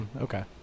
Okay